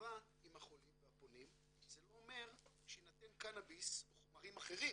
הטבה עם החולים והפונים זה לא אומר שיינתן קנאביס או חומרים אחרים